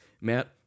Matt